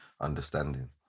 understanding